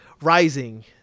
Rising